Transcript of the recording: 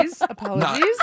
Apologies